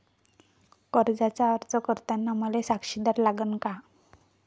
कर्जाचा अर्ज करताना मले साक्षीदार लागन का?